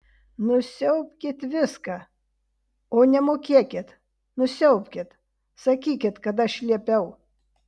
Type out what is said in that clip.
nusiaubkit viską o nemokėkit nusiaubkit sakykit kad aš liepiau